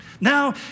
Now